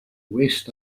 west